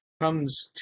comes